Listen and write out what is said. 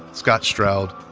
scott stroud,